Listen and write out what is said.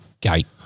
gate